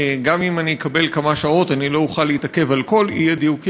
גם אם אני אקבל כמה שעות אני לא אוכל להתעכב על כל האי-דיוקים,